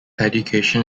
education